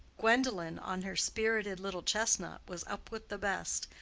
gwendolen on her spirited little chestnut was up with the best,